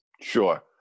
Sure